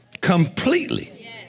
Completely